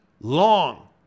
long